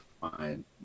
fine